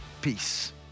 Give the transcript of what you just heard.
Peace